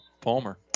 Palmer